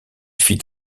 fit